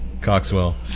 Coxwell